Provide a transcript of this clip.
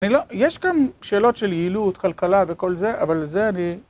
יש גם שאלות של יעילות, כלכלה וכל זה, אבל לזה אני...